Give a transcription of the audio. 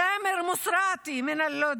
סאמר מוסראתי מלוד,